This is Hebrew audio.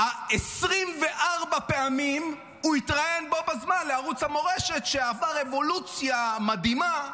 24 פעמים הוא התראיין בו בזמן לערוץ המורשת שעבר אבולוציה מדהימה,